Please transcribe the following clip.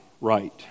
right